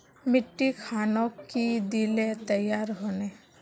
मिट्टी खानोक की दिले तैयार होने?